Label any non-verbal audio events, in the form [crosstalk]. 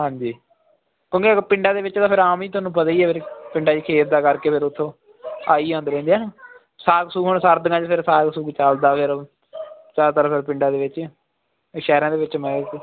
ਹਾਂਜੀ ਕਿਉਂਕਿ ਪਿੰਡਾਂ ਦੇ ਵਿੱਚ ਤਾਂ ਫਿਰ ਆਮ ਹੀ ਤੁਹਾਨੂੰ ਪਤਾ ਹੀ ਆ ਫਿਰ ਪਿੰਡਾਂ 'ਚ ਖੇਤਾਂ ਕਰਕੇ ਫਿਰ ਉੱਥੋਂ ਆ ਹੀ ਜਾਂਦੇ ਰਹਿੰਦੇ ਆ ਸਾਗ ਸੂਗ ਹੁਣ ਸਰਦੀਆਂ 'ਚ ਫਿਰ ਸਾਗ ਸੂਗ ਚੱਲਦਾ ਫਿਰ ਜ਼ਿਆਦਾਤਰ ਫਿਰ ਪਿੰਡਾਂ ਦੇ ਵਿੱਚ ਸ਼ਹਿਰਾਂ ਦੇ ਵਿੱਚ [unintelligible]